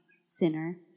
sinner